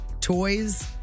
toys